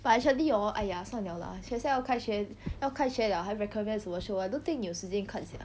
but actually hor !aiya! 算了啦学校开学要开学了还 recommend 什么 show I don't think 你有时间看 sia